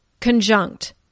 conjunct